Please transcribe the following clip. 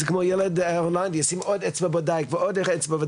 זה כמו ילד הולנדי, ישים עוד אצבע ועוד אצבע.